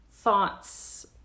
thoughts